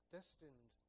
Destined